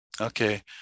Okay